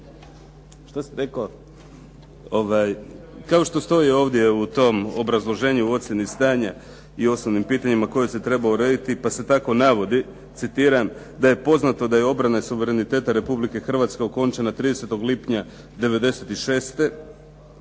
što je rekao